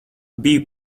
biju